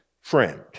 friend